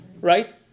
Right